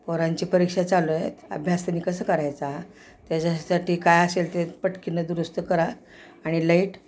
पोरांची परीक्षा चालू आहेत अभ्यास त्यांनी कसं करायचा त्याच्यासाठी काय असेल ते पटकन दुरुस्त करा आणि लाईट